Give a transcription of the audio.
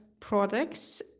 products